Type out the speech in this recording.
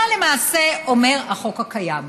מה למעשה אומר החוק הקיים?